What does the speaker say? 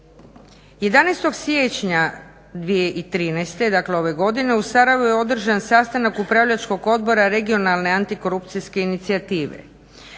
ove godine u Sarajevu je održan sastanak Upravljačkog odbora regionalne antikorupcijske inicijative.